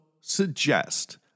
suggest